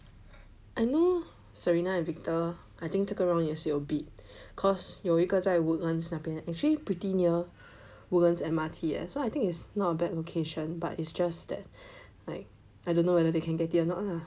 I know Serena and Victor I think 这个 round 也是有 bid cause 有一个在 Woodlands 那边 actually pretty near Woodlands M_R_T eh so I think it's not a bad location but it's just that I I don't know whether they can get it or not lah